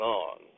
on